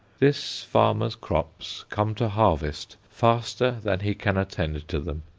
this farmer's crops come to harvest faster than he can attend to them.